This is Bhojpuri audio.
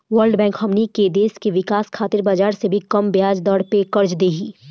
वर्ल्ड बैंक हमनी के देश के विकाश खातिर बाजार से भी कम ब्याज दर पे कर्ज दिही